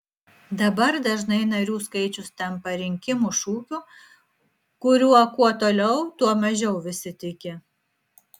dabar dažnai narių skaičius tampa rinkimų šūkiu kuriuo kuo toliau tuo mažiau visi tiki